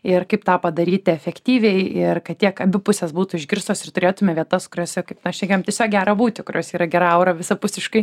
ir kaip tą padaryti efektyviai ir kad tiek abi pusės būtų išgirstos ir turėtume vietas kuriose kaip na šnekėjom tiesiog gera būti kuriose yra gera aura visapusiškai